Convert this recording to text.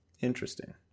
interesting